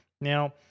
Now